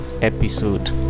episode